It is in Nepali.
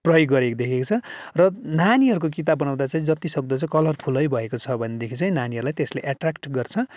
प्रयोग गरिएको देखिएको छ र नानीहरूको किताब बनाउँदा चाहिँ जतिसक्दो चाहिँ कलरफुलै भएको छ भनेदेखि चाहिँ नानीहरूलाई त्यसले एट्र्याक्ट गर्छ